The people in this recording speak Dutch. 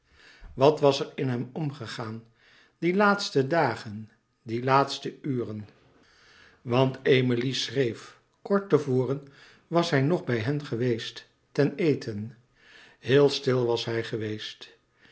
wat was er in hem omgegaan die laatste dagen die laatste uren want emilie schreef kort te voren was hij nog bij hen geweest ten eten heel stil was hij geweest